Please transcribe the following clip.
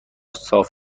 صاف